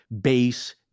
base